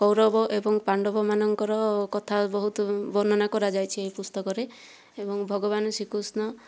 କୌରବ ଏବଂ ପାଣ୍ଡବମାନଙ୍କର କଥା ବହୁତ ବର୍ଣ୍ଣନା କରାଯାଇଛି ଏହି ପୁସ୍ତକରେ ଏବଂ ଭଗବାନ ଶ୍ରୀକୃଷ୍ଣ